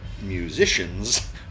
musicians